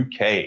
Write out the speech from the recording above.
uk